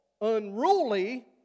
unruly